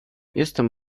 jestem